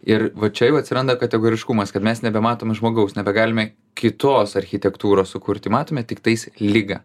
ir va čia jau atsiranda kategoriškumas kad mes nebematom žmogaus nebegalime kitos architektūros sukurti matome tiktais ligą